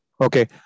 Okay